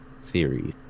series